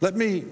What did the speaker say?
let me